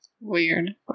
Weird